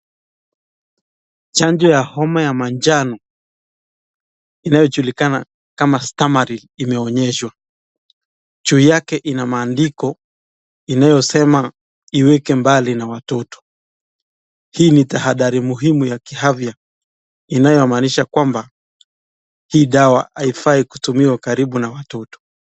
Chanjo ya homa ya manjano inayojulikana kama stamaril imeonyeshwa. Juu yake ina maandiko inayosema "iweke mbali na watoto". Hii ni tahadhari muhimu ya kiafya inayomaanisha kwamba, hii dawa haifai kutumiwa karibu na watoto.